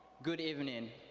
good evening,